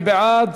מי בעד?